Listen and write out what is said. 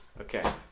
Okay